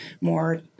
more